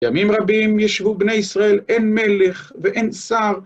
ימים רבים יישבו בני ישראל אין מלך ואין שר